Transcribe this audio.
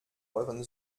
euren